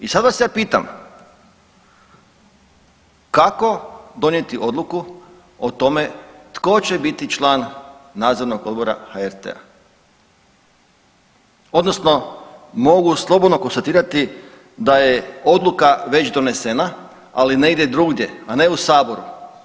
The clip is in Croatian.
I sad ja vas pitam, kako donijeti odluku o tome tko će biti član Nadzornog odbora HRT-a odnosno mogu slobodno konstatirati da je odluka već donesena, ali negdje drugdje, a ne u Saboru.